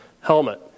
helmet